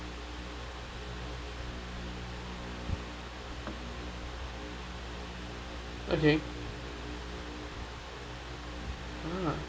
okay